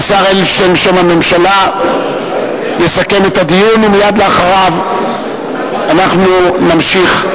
השר אדלשטיין בשם הממשלה יסכם את הדיון ומייד אחריו אנחנו נמשיך.